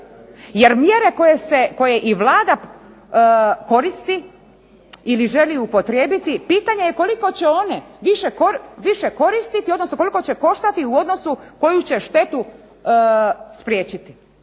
jer mjere koje i Vlada koristi ili želi upotrijebiti pitanje je koliko će one više koristiti, odnosno koliko će koštati u odnosu koju će štetu spriječiti